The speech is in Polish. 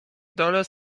dole